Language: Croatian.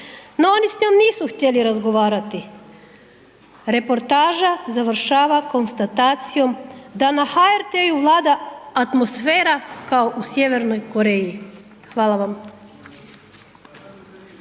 no oni s njom nisu htjeli razgovarati, reportaža završava konstatacijom da na HRT-u vlada atmosfera kao u Sjevernoj Koreji. Hvala vam.